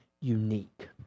unique